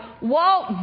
Walt